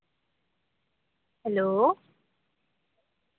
hello